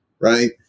right